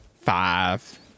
five